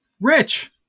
Rich